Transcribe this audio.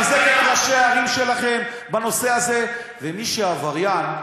לחזק את ראשי הערים שלכם בנושא הזה, ומי שעבריין,